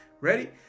Ready